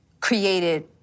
created